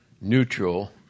neutral